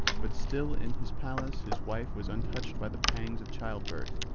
but still in his palace his wife was untouched by the pangs of child-birth,